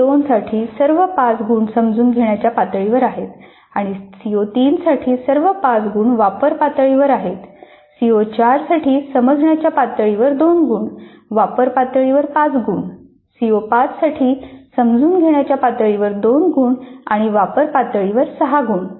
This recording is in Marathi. सीओ 2 साठी सर्व 5 गुण समजून घेण्याच्या पातळीवर आहेत आणि सीओ 3 साठी सर्व 5 गुण वापर पातळीवर आहेत सीओ 4 साठी समजण्याच्या पातळीवर 2 गुण वापर पातळीवर 5 गुण सीओ 5 साठी समजून घेण्याच्या पातळीवर 2 गुण आणि वापर पातळीवर 6 गुण